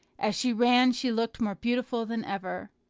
as she ran she looked more beautiful than ever.